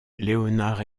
léonard